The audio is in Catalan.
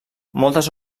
moltes